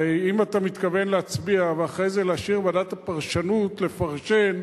הרי אם אתה מתכוון להצביע ואחרי זה להשאיר לוועדת הפרשנות לפרשן,